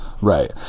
right